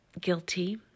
guilty